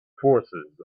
forces